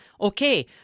okay